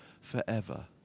forever